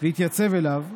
והתייצב אליו,